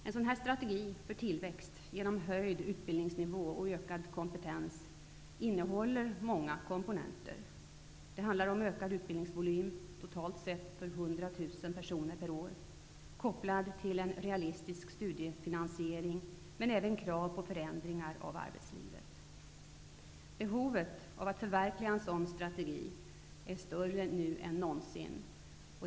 En sådan strategi för tillväxt genom höjd utbildningsnivå och ökad kompetens innehåller många komponenter. Det handlar om ökad utbildningsvolym, totalt sett med 100 000 platser per år, kopplad till en realistisk studiefinansiering - men även om krav på förändringar av arbetslivet. Behovet att förverkliga en sådan strategi är nu större än någonsin.